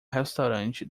restaurante